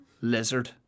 lizard